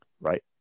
right